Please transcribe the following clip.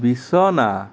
বিছনা